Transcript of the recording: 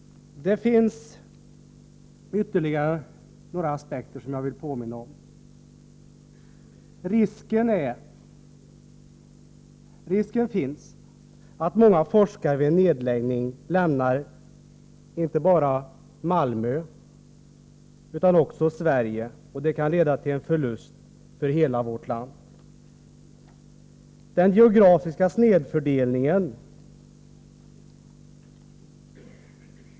Det finns ytterligare några aspekter som jag vill påminna om. Risken finns att många forskare vid en nedläggning lämnar inte bara Malmö utan också Sverige, och det kan leda till en förlust för hela vårt land.